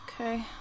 Okay